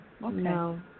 No